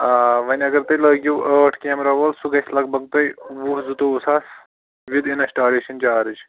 آ وۅنۍ اگر تُہۍ لٲگِو ٲٹھۍ کیمرا وول سُہ گژھِ لگ بگ تۄہہِ وُہ زٕتوٚوُہ ساس وِد اِنَسٹالیشَن چارٕج